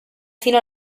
fino